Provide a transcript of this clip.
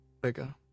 Bigger